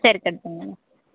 சரி கட் பண்ணுங்கள்